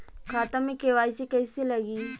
खाता में के.वाइ.सी कइसे लगी?